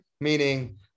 meaning